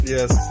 Yes